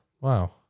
Wow